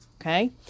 Okay